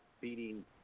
beating